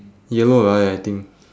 yellow ah I think